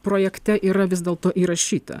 projekte yra vis dėlto įrašyta